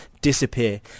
disappear